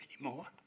anymore